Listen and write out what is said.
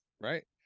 right